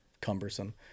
cumbersome